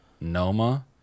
noma